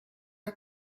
are